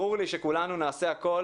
ברור לי שכולנו נעשה הכול